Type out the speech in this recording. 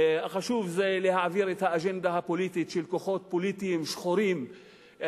החשוב זה להעביר את האג'נדה הפוליטית של כוחות פוליטיים שחורים,